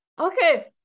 okay